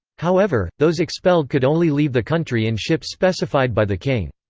however, those expelled could only leave the country in ships specified by the king.